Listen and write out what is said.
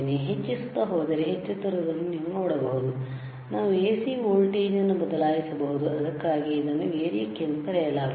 ಹೆಚ್ಚಿಸುತ್ತಾ ಹೋದರೆ ಹೆಚ್ಚುತ್ತಿರುವುದನ್ನು ನೀವು ನೋಡಬಹುದು ನಾವು AC ವೋಲ್ಟೇಜ್ ಅನ್ನು ಬದಲಾಯಿಸಬಹುದು ಅದಕ್ಕಾಗಿಯೇ ಇದನ್ನು ವೇರಿಯಾಕ್ ಎಂದು ಕರೆಯಲಾಗುತ್ತದೆ